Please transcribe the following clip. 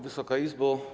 Wysoka Izbo!